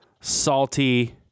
salty